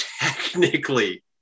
technically